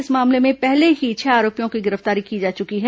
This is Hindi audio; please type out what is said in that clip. इस मामले में पहले ही छह आरोपियों की गिरफ्तारी की जा चुकी है